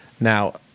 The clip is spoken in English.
Now